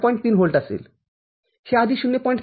३ volt असेल हे आधी ०